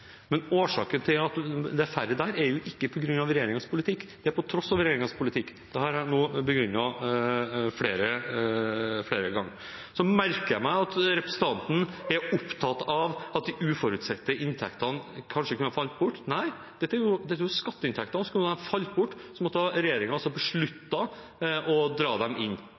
Men årsaken til at det er færre der, er jo ikke regjeringens politikk – det er på tross av regjeringens politikk. Dette har jeg nå begrunnet flere ganger. Så merker jeg meg at representanten er opptatt av at de uforutsette inntektene kanskje kunne falt bort. Nei, dette er jo skatteinntekter. Skulle de ha falt bort, måtte regjeringen ha besluttet å dra dem inn.